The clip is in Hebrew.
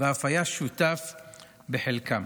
ואף היה שותף לחלקם.